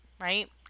Right